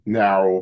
now